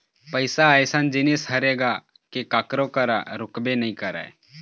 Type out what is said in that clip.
पइसा अइसन जिनिस हरे गा के कखरो करा रुकबे नइ करय